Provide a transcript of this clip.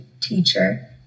teacher